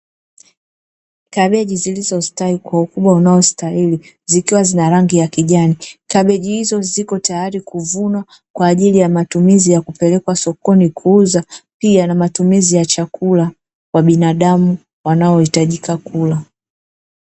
Kabeji zilizo stawi kwa ukubwa unaostahili zikiwa na rangi ya kijani. Kabeji hizo zipo teyari kuvunwa kwa ajili ya matumizi kupelekwa sokoni kuuzwa pia na matumizi ya chakula kwa binadamu wanaohitajika kula.